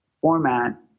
format